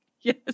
Yes